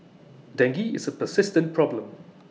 dengue is A persistent problem